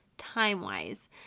time-wise